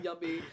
Yummy